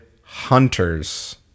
Hunters